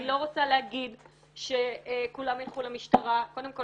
אני לא רוצה להגיד שכולם ילכו למשטרה קודם כל